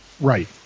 right